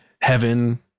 heaven